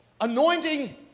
Anointing